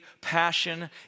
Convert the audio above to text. passion